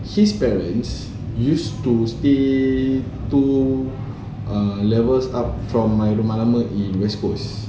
his parents used to stay two ah levels up from my rumah lama in west coast